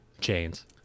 chains